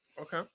Okay